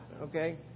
Okay